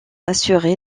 assurer